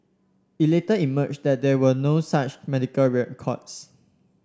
it later emerged that there were no such medical records